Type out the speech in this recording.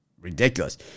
ridiculous